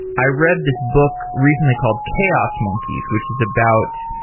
i read this book recently called chaos monkeys, which is about,